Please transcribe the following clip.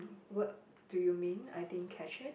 what do you mean I didn't catch it